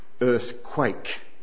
earthquake